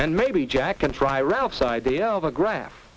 and maybe jack can try ralph's idea of a graph